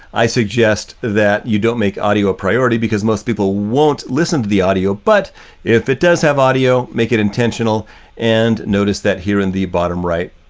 i suggest that you don't make audio priority because most people won't listen to the audio, but if it does have audio, make it intentional and notice that here in the bottom right,